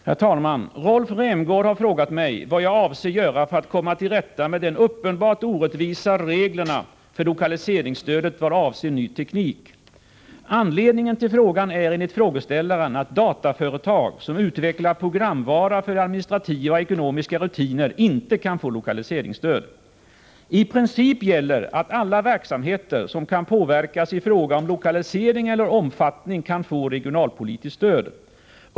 Herr talman! Rolf Rämgård har frågat mig vad jag avser göra för att komma till rätta med de uppenbart orättvisa reglerna för lokaliseringsstödet vad avser ny teknik. Anledningen till frågan är enligt frågeställaren att dataföretag som utvecklar programvara för administrativa och ekonomiska rutiner inte kan få lokaliseringsstöd. I princip gäller att alla verksamheter som kan påverkas i fråga om lokalisering eller omfattning kan få regionalpolitiskt stöd.